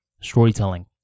storytelling